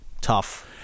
tough